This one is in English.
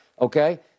Okay